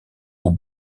aux